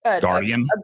Guardian